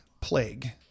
plague